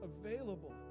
available